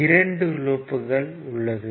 2 லூப்கள் உள்ளது